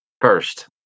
First